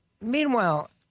Meanwhile